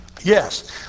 Yes